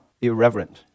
irreverent